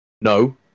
No